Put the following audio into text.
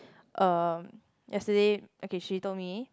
uh yesterday okay she told me